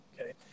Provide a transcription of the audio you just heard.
Okay